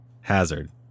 Hazard